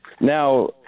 Now